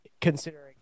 considering